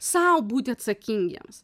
sau būti atsakingiems